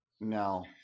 No